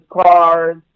cars